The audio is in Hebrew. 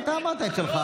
אני מתמצא.